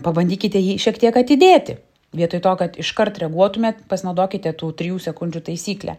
pabandykite jį šiek tiek atidėti vietoj to kad iškart reaguotumėt pasinaudokite tų trijų sekundžių taisykle